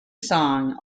song